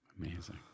Amazing